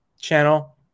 channel